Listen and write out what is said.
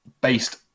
based